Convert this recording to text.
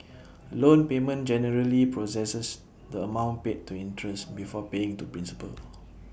A loan payment generally processes the amount paid to interest before paying to principal